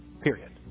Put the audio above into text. period